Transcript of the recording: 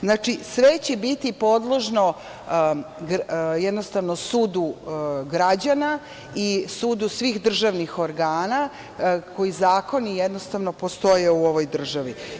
Znači, sve će biti podložno jednostavno sudu građana i sudu svih državnih organa, koji zakoni jednostavno postoje u ovoj državi.